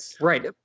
right